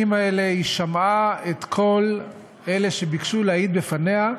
האלה היא שמעה את כל אלה שביקשו להעיד בפניה,